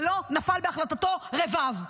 ולא נפל בהחלטתו רבב.